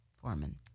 Foreman